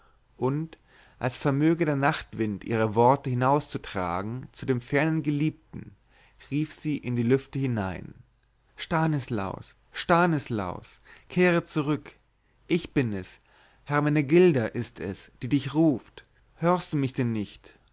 und als vermöge der nachtwind ihre worte hinzutragen zu dem fernen geliebten rief sie in die lüfte hinein stanislaus stanislaus kehre zurück ich bin es hermenegilda ist es die dich ruft hörst du mich denn nicht